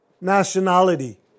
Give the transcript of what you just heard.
nationality